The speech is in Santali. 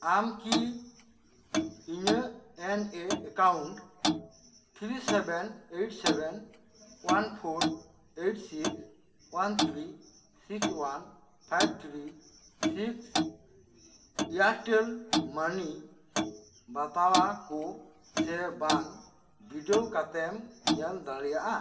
ᱟᱢ ᱠᱤ ᱤᱧᱟᱹᱜ ᱮᱱ ᱮ account three seven eight seven one four eight six one three six one five three six Airtel money ᱵᱟᱛᱟᱣ ᱟᱠᱚ ᱥᱮ ᱵᱟᱝ ᱵᱤᱰᱟᱹᱣ ᱠᱟᱛᱮᱫ ᱮᱢ ᱧᱮᱞ ᱫᱟᱲᱮᱭᱟᱜᱼᱟ